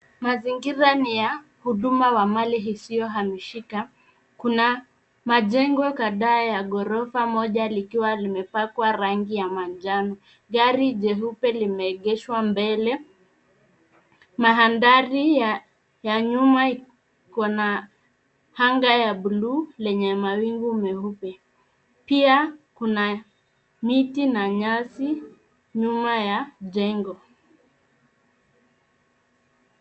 Mazingira ni ya huduma wa mali isiyohamishika. Kuna majengo kadhaa ya ghorofa moja likiwa limepakwa rangi ya manjano. Gari jeupe limeegeshwa mbele. Mandhari ya nyuma iko na anga ya buluu lenye mawingu meupe. Pia kuna miti na nyasi nyuma ya jengo.